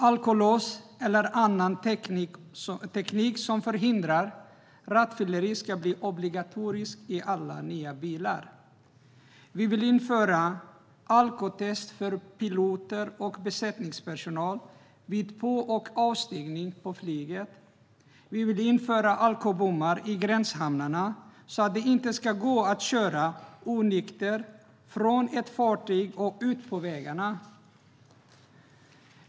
Alkolås eller annan teknik som förhindrar rattfylleri ska bli obligatoriskt i alla nya bilar. Vi vill införa alkoholtest för piloter och flygets besättningspersonal vid på och avstigning. Vill vi införa alkobommar i gränshamnarna så att det inte ska gå att köra onykter från ett fartyg och ut på vägarna.